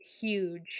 huge